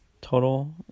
total